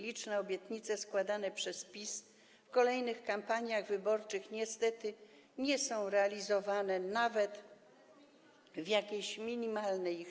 Liczne obietnice składane przez PiS w kolejnych kampaniach wyborczych niestety nie są realizowane nawet w minimalnej części.